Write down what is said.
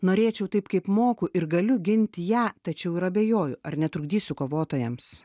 norėčiau taip kaip moku ir galiu ginti ją tačiau ir abejoju ar netrukdysiu kovotojams